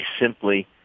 simply